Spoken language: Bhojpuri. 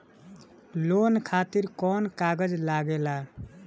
लोन खातिर कौन कागज लागेला?